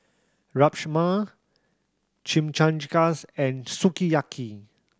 Rajma and Sukiyaki